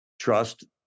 trust